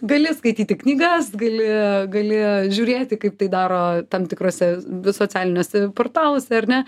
gali skaityti knygas gali gali žiūrėti kaip tai daro tam tikruose socialiniuose portaluose ar ne